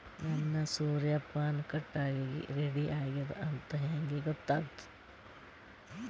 ನನ್ನ ಸೂರ್ಯಪಾನ ಕಟಾವಿಗೆ ರೆಡಿ ಆಗೇದ ಅಂತ ಹೆಂಗ ಗೊತ್ತಾಗುತ್ತೆ?